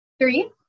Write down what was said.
Three